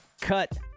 Cut